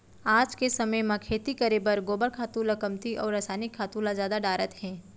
आज के समे म खेती करे बर गोबर खातू ल कमती अउ रसायनिक खातू ल जादा डारत हें